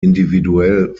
individuell